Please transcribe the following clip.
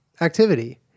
activity